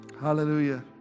Hallelujah